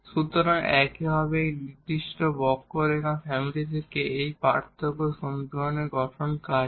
সুতরাং এভাবেই একটি নির্দিষ্ট কার্ভ ফ্যামিলি থেকে এই পার্থক্য সমীকরণের গঠন কাজ করে